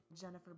Jennifer